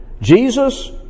Jesus